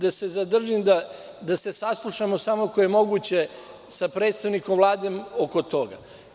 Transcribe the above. Samo bih da se zadržim i da se saslušamo samo ako je moguće sa predstavnikom Vlade oko toga.